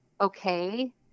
okay